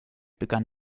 begann